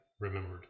remembered